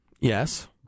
Yes